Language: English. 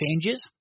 changes